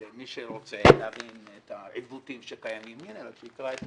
מי שרוצה להבין את העיוותים שקיימים, שיקרא את